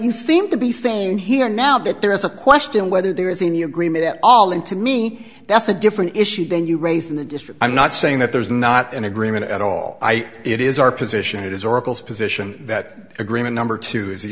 you theme to be thing here now that there is a question whether there is a new agreement at all and to me that's a different issue than you raised in the district i'm not saying that there is not an agreement at all it is our position it is oracle's position that agreement number two is the